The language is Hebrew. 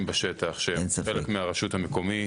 בשטח שהם חלק מהרשות המקומית -- אין ספק.